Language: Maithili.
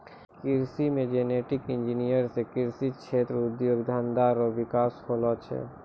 कृषि मे जेनेटिक इंजीनियर से कृषि क्षेत्र उद्योग धंधा रो विकास होलो छै